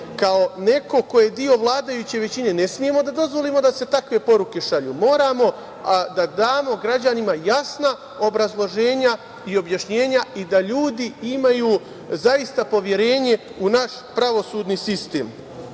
kao neko ko je deo vladajuće većine ne smemo da dozvolimo da se takve poruke šalju. Moramo da damo građanima jasna obrazloženja i objašnjenja i da ljudi imaju zaista poverenje u naš pravosudni sistem. Što